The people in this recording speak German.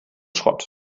schrott